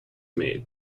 made